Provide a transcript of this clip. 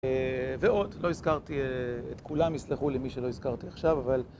ועוד, לא הזכרתי את כולם, יסלחו לי מי שלא הזכרתי עכשיו, אבל...